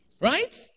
Right